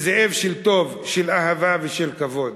וזאב של טוב של אהבה ושל כבוד.